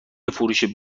فروش